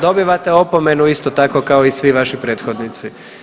Dobivate opomenu isto tako kao i svi vaši prethodnici.